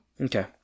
Okay